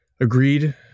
agreed